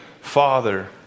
father